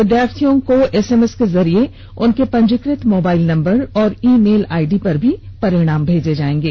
विद्यार्थियों को एसएमएस के जरिए उनके पंजीकृत मोबाइल नंबर और ई मेल आईडी पर भी परिणाम भेजे जाएंगे